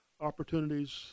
opportunities